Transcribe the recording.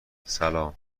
سلام